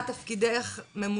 בבקשה.